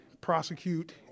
prosecute